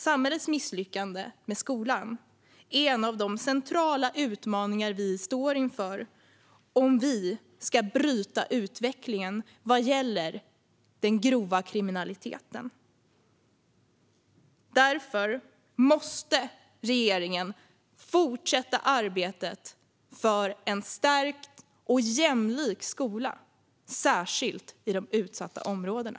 Samhällets misslyckande med skolan är en av de centrala utmaningar vi står inför om vi ska bryta utvecklingen vad gäller den grova kriminaliteten. Därför måste regeringen fortsätta arbetet för en stärkt och jämlik skola, särskilt i de utsatta områdena.